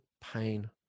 pain